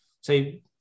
say